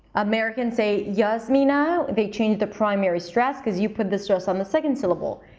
americans say yasmina they change the primary stress, because you put the stress on the second syllable.